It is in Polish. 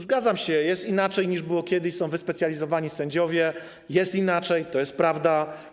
Zgadzam się, jest inaczej, niż było kiedyś; są wyspecjalizowani sędziowie, jest inaczej, to jest prawda.